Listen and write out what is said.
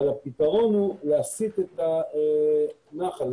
אבל הפתרון הוא להסית את הנחל,